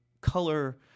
color